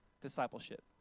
discipleship